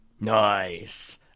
Nice